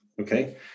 Okay